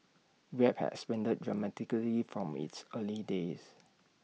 grab has expanded dramatically from its early days